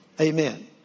Amen